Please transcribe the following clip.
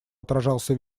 отражался